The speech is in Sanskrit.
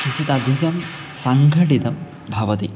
किञ्चित् अधिकं सङ्घटितं भवति